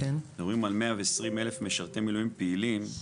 אנחנו מדברים על 120,000 משרתי מילואים פעילים,